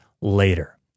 later